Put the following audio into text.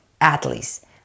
athletes